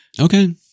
Okay